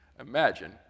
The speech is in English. Imagine